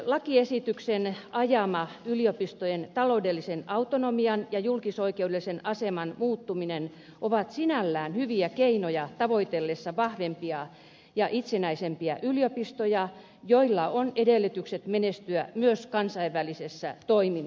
lakiesityksen ajama yliopistojen taloudellisen autonomian ja julkisoikeudellisen aseman muuttuminen ovat sinällään hyviä keinoja tavoiteltaessa vahvempia ja itsenäisempiä yliopistoja joilla on edellytykset menestyä myös kansainvälisessä toiminnassa